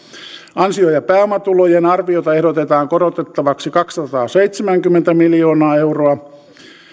ansio ja pääomatulojen arviota ehdotetaan korotettavaksi kaksisataaseitsemänkymmentä miljoonaa euroa